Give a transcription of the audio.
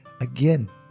again